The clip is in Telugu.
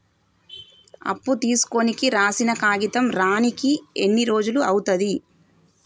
అప్పు తీసుకోనికి రాసిన కాగితం రానీకి ఎన్ని రోజులు అవుతది?